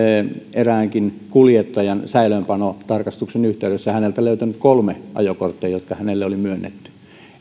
eräänkin kuljettajan säilöönpanotarkastuksen yhteydessä häneltä löytänyt kolme ajokorttia jotka hänelle oli myönnetty